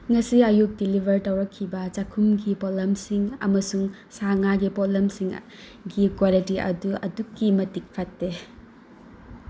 ꯉꯁꯤ ꯑꯌꯨꯛ ꯗꯤꯂꯤꯕꯔ ꯇꯧꯔꯛꯈꯤꯕ ꯆꯥꯛꯈꯨꯝꯒꯤ ꯄꯣꯠꯂꯝꯁꯤꯡ ꯑꯃꯁꯨꯡ ꯁꯥ ꯉꯥꯒꯤ ꯄꯣꯠꯂꯝꯁꯤꯡꯒꯤ ꯀ꯭ꯋꯥꯂꯤꯇꯤ ꯑꯗꯨ ꯑꯗꯨꯛꯀꯤ ꯃꯇꯤꯛ ꯐꯠꯇꯦ